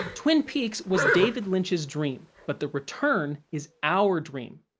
twin peaks was david lynch's dream, but the return is our dream.